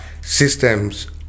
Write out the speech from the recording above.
systems